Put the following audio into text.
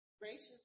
Gracious